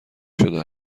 شده